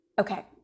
Okay